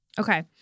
Okay